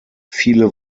viele